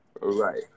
Right